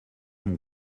mon